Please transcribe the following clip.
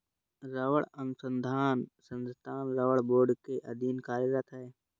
रबड़ अनुसंधान संस्थान रबड़ बोर्ड के अधीन कार्यरत है